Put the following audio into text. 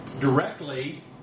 directly